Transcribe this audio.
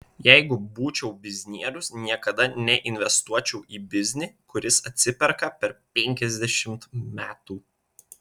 jeigu būčiau biznierius niekada neinvestuočiau į biznį kuris atsiperka per penkiasdešimt metų